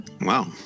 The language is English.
Wow